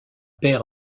pair